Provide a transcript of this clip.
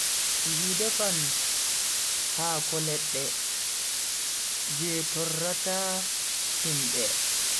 Mi defan haako ledde je torrata himbe.